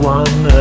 one